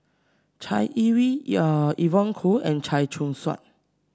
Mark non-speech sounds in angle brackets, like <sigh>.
Chai Yee Wei <unintelligible> Evon Kow and Chia Choo Suan